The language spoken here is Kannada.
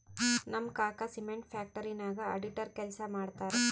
ನಮ್ ಕಾಕಾ ಸಿಮೆಂಟ್ ಫ್ಯಾಕ್ಟರಿ ನಾಗ್ ಅಡಿಟರ್ ಕೆಲ್ಸಾ ಮಾಡ್ತಾರ್